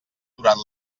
durant